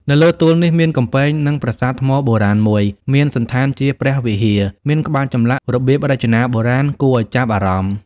នៅលើទួលនេះ មានកំពែងនឹងប្រាសាទថ្មបុរាណមួយ មានសណ្ឋានជាព្រះវិហារ មានក្បាច់ចម្លាក់ របៀបរចនាបុរាណ គួរឲ្យចាប់អារម្មណ៍ ។